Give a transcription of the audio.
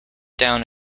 down